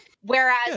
whereas